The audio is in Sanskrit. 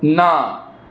न